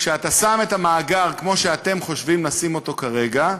כשאתה שם את המאגר כמו שאתם חושבים לשים אותו כרגע,